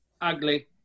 ugly